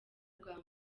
bwa